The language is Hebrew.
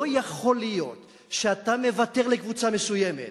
לא יכול להיות שאתה מוותר לקבוצה מסוימת